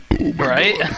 Right